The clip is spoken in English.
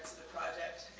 the project.